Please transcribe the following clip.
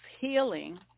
healing